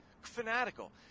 Fanatical